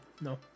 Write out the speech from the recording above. no